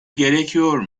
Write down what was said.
gerekiyor